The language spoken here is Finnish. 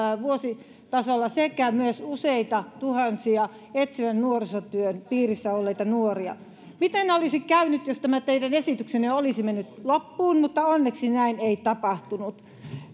vuositasolla sekä myös useita tuhansia etsivän nuorisotyön piirissä olleita nuoria miten olisi käynyt jos tämä teidän esityksenne olisi viety loppuun mutta onneksi näin ei tapahtunut